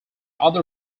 other